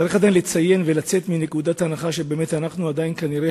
עדיין צריך לצאת מנקודת הנחה שאנחנו כנראה